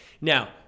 now